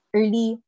early